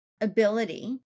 ability